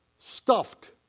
stuffed